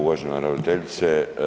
Uvažena ravnateljice.